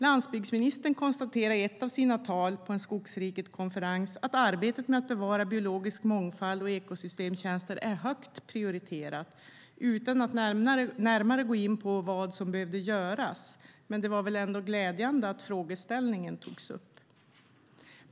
Landsbygdsministern konstaterade i ett av sina tal på en Skogsriketkonferens att arbetet med att bevara biologisk mångfald och ekosystemtjänster är högt prioriterat utan att närmare gå in på vad som behöver göras, men det var ändå glädjande att frågeställningen togs upp.